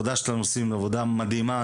אתם עושים עבודה מדהימה.